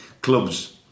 clubs